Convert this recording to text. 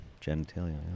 genitalia